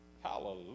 Hallelujah